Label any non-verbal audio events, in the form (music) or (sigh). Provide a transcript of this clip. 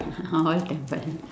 (laughs) always temple